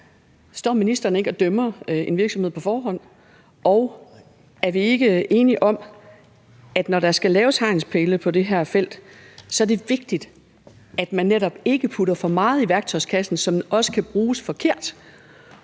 står ministeren ikke og dømmer en virksomhed på forhånd? Og er vi ikke enige om, at når der skal laves hegnspæle på det her felt, så er det vigtigt, at man netop ikke putter for meget i værktøjskassen, som også kan bruges forkert,